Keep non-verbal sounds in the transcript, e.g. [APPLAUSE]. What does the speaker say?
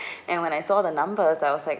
[LAUGHS] and when I saw the numbers I was like